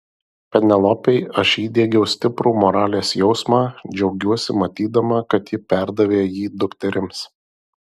penelopei aš įdiegiau stiprų moralės jausmą džiaugiuosi matydama kad ji perdavė jį dukterims